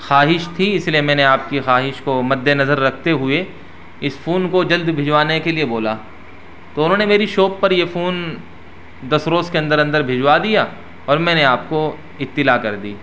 خواہش تھی اسی لیے میں نے آپ کی خواہش کو مد نظر رکھتے ہوئے اس فون کو جلد بھجوانے کے لیے بولا تو انہوں نے میری شاپ پ ر یہ فون دس روز کے اندر اندر بھجوا دیا اور میں نے آپ کو اطلاع کر دی